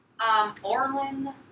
Orlin